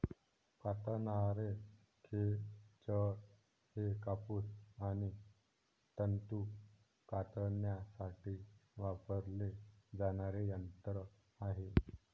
कातणारे खेचर हे कापूस आणि तंतू कातण्यासाठी वापरले जाणारे यंत्र आहे